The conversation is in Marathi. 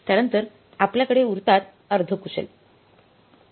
त्यानंतर आपल्याकडे उरतात अर्धकुशल